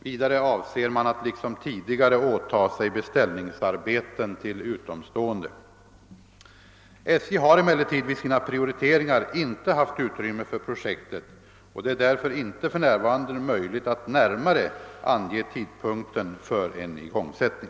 Vidare avser man att liksom tidigare åta sig beställningsarbeten till utomstående. : SJ har emellertid vid sina priorkkeringar inte haft utrymme för projektet. Det är därför inte för närvarande möjligt att närmare ange tidpunkten för en igångsättning.